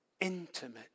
intimate